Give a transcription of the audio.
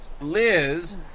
Liz